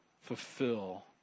fulfill